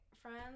friends